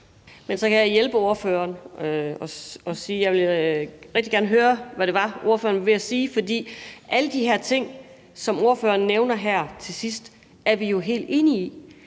Men så kan jeg hjælpe ordføreren og sige, at jeg rigtig gerne vil høre, hvad det var, ordføreren var ved at sige. For alle de her ting, som ordføreren nævner her til sidst, er vi jo helt enige i,